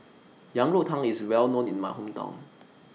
Yang Rou Tang IS Well known in My Hometown